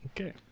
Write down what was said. Okay